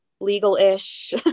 legal-ish